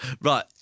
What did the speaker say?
Right